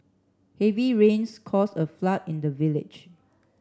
heavy rains cause a flood in the village